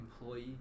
employee